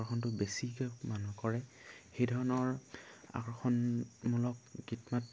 আকৰ্ষণটো বেছিকৈ মানুহ কৰে সেই ধৰণৰ আকৰ্ষণমূলক গীত মাত